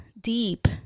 deep